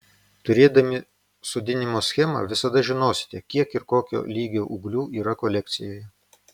turėdami sodinimo schemą visada žinosite kiek ir kokio lygio ūglių yra kolekcijoje